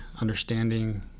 understanding